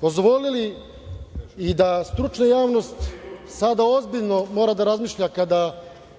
dozvolili i da stručna javnost sada ozbiljno mora da razmišlja kada